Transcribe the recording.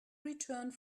returned